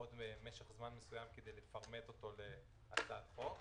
עוד משך זמן מסוים כדי לפרמט אותו להצעת חוק.